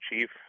Chief